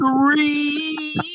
three